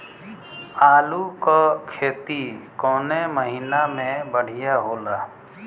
आलू क खेती कवने महीना में बढ़ियां होला?